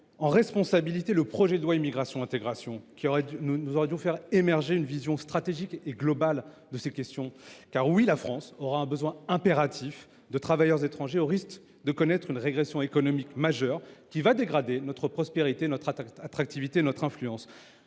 En effet, l’examen du projet de loi Immigration Intégration aurait dû faire émerger une vision stratégique et globale. Oui, la France aura un besoin impératif de travailleurs étrangers, au risque de connaître une régression économique majeure qui dégradera notre prospérité, notre attractivité et notre influence.